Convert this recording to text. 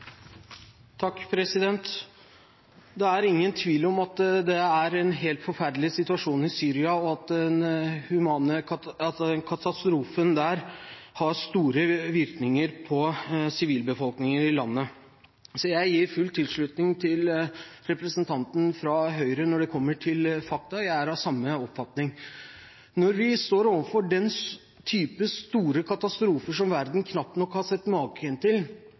en helt forferdelig situasjon i Syria, og at den humanitære katastrofen der har store konsekvenser for sivilbefolkningen i landet. Så jeg gir full tilslutning til representanten fra Høyre når det kommer til fakta; jeg er av samme oppfatning. Når vi står overfor denne typen store katastrofer som verden knapt nok har sett maken til,